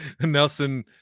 Nelson